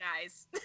guys